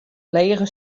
lege